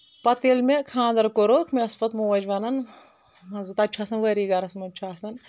پتہٕ ییٚلہِ مےٚ خانٛدر کوٚرُکھ مےٚ ٲس پتہٕ موج ونان مان ژٕ تتہِ چھُ آسان وٲرۍوی گرس منٛز چھُ آسان